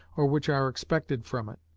or which are expected from it.